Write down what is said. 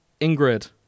Ingrid